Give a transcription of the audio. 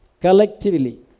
Collectively